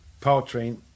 powertrain